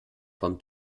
vom